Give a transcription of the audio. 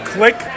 Click